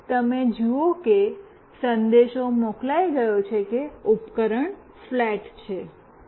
હવે તમે જુઓ છો કે સંદેશ મોકલાઈ ગયો છે કે ઉપકરણ ફ્લેટ છે